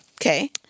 Okay